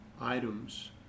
items